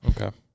Okay